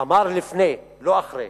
אמר לפני, לא אחרי.